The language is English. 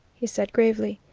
he said gravely.